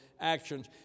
actions